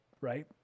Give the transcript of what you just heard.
right